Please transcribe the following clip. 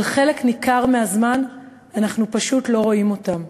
אבל חלק ניכר מהזמן אנחנו פשוט לא רואים אותם.